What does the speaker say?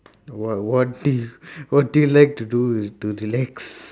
what what do you what do you like to do to relax